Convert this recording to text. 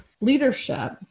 leadership